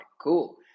Cool